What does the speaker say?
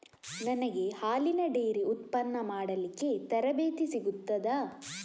ನನಗೆ ಹಾಲಿನ ಡೈರಿ ಉತ್ಪನ್ನ ಮಾಡಲಿಕ್ಕೆ ತರಬೇತಿ ಸಿಗುತ್ತದಾ?